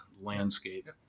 landscape